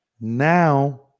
Now